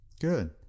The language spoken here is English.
Good